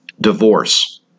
divorce